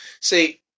See